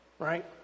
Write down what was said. right